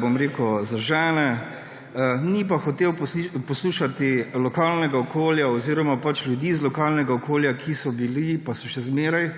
bom rekel, zažene. Ni pa hotel poslušati lokalnega okolja oziroma pač ljudi iz lokalnega okolja, ki so bili, pa so še zmeraj